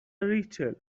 ریچل